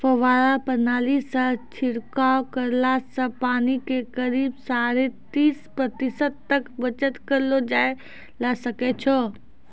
फव्वारा प्रणाली सॅ छिड़काव करला सॅ पानी के करीब साढ़े तीस प्रतिशत तक बचत करलो जाय ल सकै छो